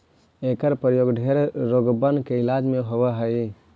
एकर प्रयोग ढेर रोगबन के इलाज में होब हई